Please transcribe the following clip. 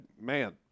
Man